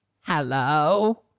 Hello